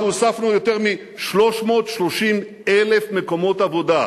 אנחנו הוספנו יותר מ-330,000 מקומות עבודה,